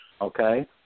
Okay